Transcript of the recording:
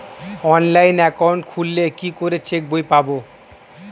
Online account খুললে কি করে চেক বই পাব?